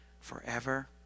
forever